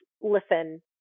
listen